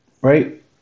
right